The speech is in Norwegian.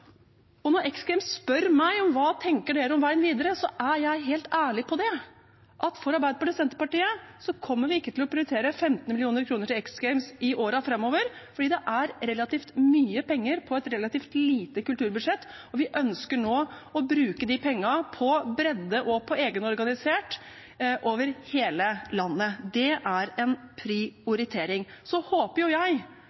Når X Games spør meg om hva vi tenker om veien videre, er jeg helt ærlig på at Arbeiderpartiet og Senterpartiet ikke kommer til å prioritere 15 mill. kr til X Games i årene framover, fordi det er relativt mye penger på et relativt lite kulturbudsjett, og vi ønsker nå å bruke de pengene på bredde og egenorganisert idrett over hele landet. Det er en